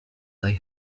they